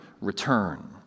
return